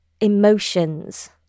emotions